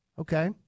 Okay